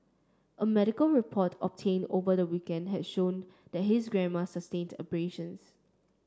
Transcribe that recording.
a medical report obtained over the weekend had showed that his grandmother sustained abrasions